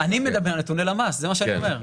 אני מדבר על נתוני למ"ס, זה מה שאני אומר.